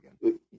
again